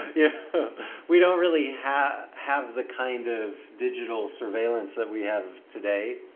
yeah we don't really have have the kind of digital surveillance that we have today.